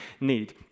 need